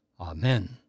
Amen